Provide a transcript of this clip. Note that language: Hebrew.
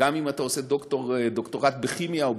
גם אם אתה עושה דוקטורט בכימיה או